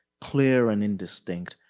clear and indistinct,